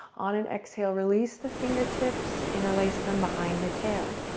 on an exhale, release the fingertips, interlace them behind the tail.